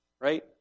Right